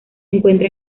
encuentra